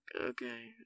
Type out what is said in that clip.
okay